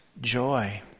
joy